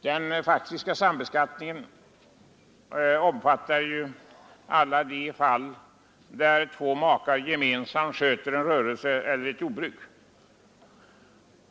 Den faktiska sambeskattningen omfattar alla de fall där två makar gemensamt sköter en rörelse eller ett jordbruk.